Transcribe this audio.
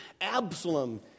Absalom